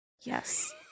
Yes